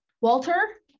Walter